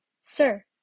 Sir